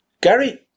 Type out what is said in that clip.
Gary